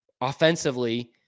offensively